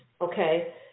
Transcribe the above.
Okay